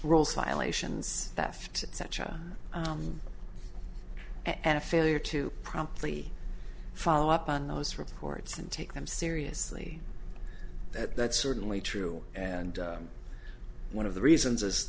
rolls violations that ft sacha and a failure to promptly follow up on those reports and take them seriously that's certainly true and one of the reasons is